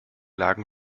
lagen